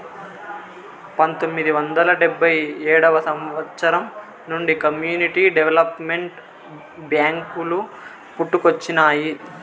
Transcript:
పంతొమ్మిది వందల డెబ్భై ఏడవ సంవచ్చరం నుండి కమ్యూనిటీ డెవలప్మెంట్ బ్యేంకులు పుట్టుకొచ్చినాయి